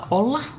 olla